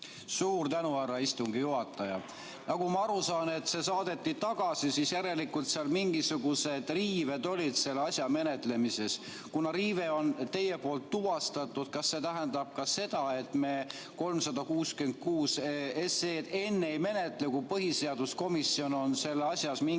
Suur tänu, härra istungi juhataja! Nagu ma aru saan, kuna see saadeti tagasi, siis järelikult seal mingisugused riived olid selle asja menetlemisel. Kuna riive on teie poolt tuvastatud, kas see tähendab ka seda, et me eelnõu 366 enne ei menetle, kui põhiseaduskomisjon on selle kohta mingisuguse